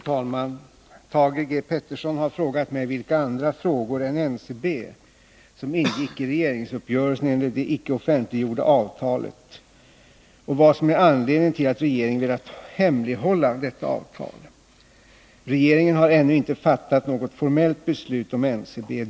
Herr talman! Thage G. Peterson har frågat mig vilka andra frågor än NCB som ingick i regeringsuppgörelsen enligt det icke offentliggjorda avtalet och vad som är anledningen till att regeringen velat hemlighålla detta avtal. Regeringen har ännu inte fattat något formellt beslut om NCB.